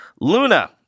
Luna